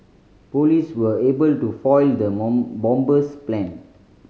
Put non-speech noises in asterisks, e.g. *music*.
police were able to foil the *unintelligible* bomber's plan